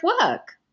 work